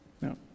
No